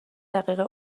دقیقه